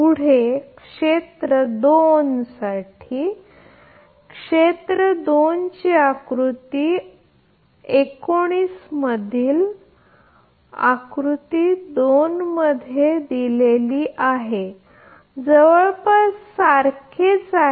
पुढे क्षेत्र २ साठी क्षेत्र २ चे आकृती 19 मधील आकृती 2 मध्ये दिलेली आहे हे जवळपास सारखेच आहे